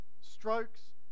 strokes